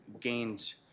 gained